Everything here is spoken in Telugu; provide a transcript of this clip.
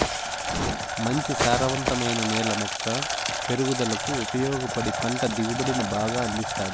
మంచి సారవంతమైన నేల మొక్క పెరుగుదలకు ఉపయోగపడి పంట దిగుబడిని బాగా అందిస్తాది